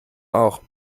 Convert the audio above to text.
auch